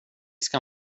ska